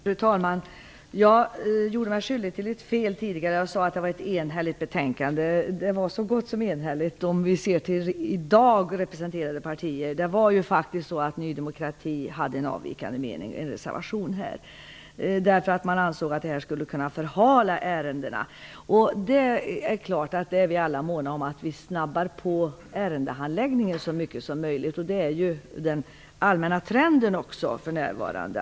Fru talman! Jag gjorde mig skyldig till ett fel tidigare, när jag sade att det var ett enhälligt betänkande. Det var så gott som enhälligt, men Ny demokrati hade en reservation därför att man ansåg att detta skulle kunna förhala ärendena. Det är klart att vi alla är måna om att ärendehandläggningen skall ske så snabbt som möjligt. Det är också den allmänna trenden för närvarande.